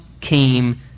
came